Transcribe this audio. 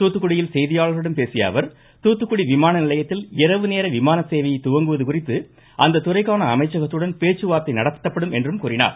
தூத்துக்குடியில் செய்தியாளர்களிடம் பேசிய அவர் தூத்துக்குடி விமான நிலையத்தில் இரவு நேர விமான சேவையை துவங்குவது குறித்து அந்த துறைக்கான அமைச்சகத்துடன் பேச்சுவார்த்தை நடத்தப்படும் என்றார்